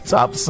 Top